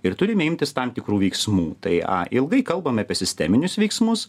ir turime imtis tam tikrų veiksmų tai a ilgai kalbame apie sisteminius veiksmus